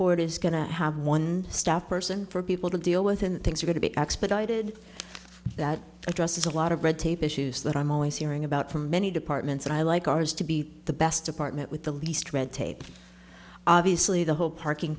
board is going to have one staff person for people to deal with and things are going to be expedited that addresses a lot of red tape issues that i'm always hearing about from many departments and i like ours to be the best department with the least red tape obviously the whole parking